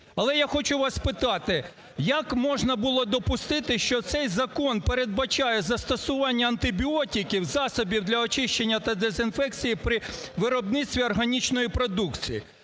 але я хочу вас спитати: як можна було допустити, що цей закон передбачає застосування антибіотиків, засобів для очищення та дезінфекції при виробництві органічної продукції?